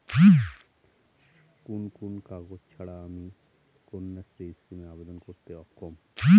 কোন কোন কাগজ ছাড়া আমি কন্যাশ্রী স্কিমে আবেদন করতে অক্ষম?